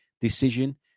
decision